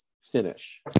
finish